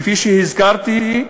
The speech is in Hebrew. כפי שהזכרתי,